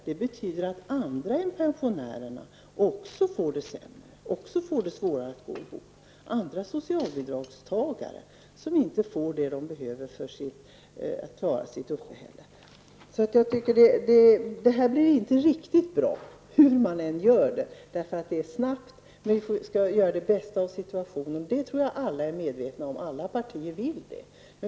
Det betyder att också andra än pensionärerna får det svårare att få ekonomin att gå ihop; andra socialbidragstagare som inte får det de behöver för att klara sitt uppehälle. Det blir inte riktigt bra hur man än gör, eftersom detta skett snabbt. Vi skall göra det bästa av situationen; det tror jag att alla partier vill.